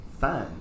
Fine